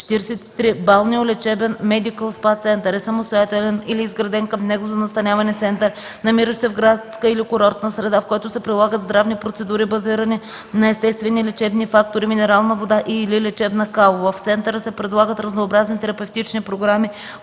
„Балнеолечебен (медикъл СПА) център” е самостоятелен или изграден към място за настаняване център, намиращ се в градска или курортна среда, в който се прилагат здравни процедури, базирани на естествени лечебни фактори (минерална вода и/или лечебна кал). В центъра се предлагат разнообразни терапевтични програми,